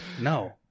No